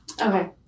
Okay